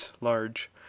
large